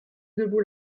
debout